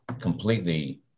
completely